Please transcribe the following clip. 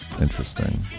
interesting